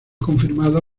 confirmada